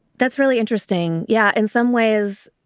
that's really interesting. yeah, in some ways,